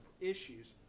issues